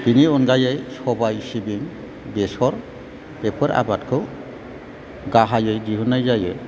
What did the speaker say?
बेनि अनगायै सबाय सिबिं बेसर बेफोर आबादखौ गाहायै दिहुननाय जायो